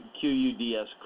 Quds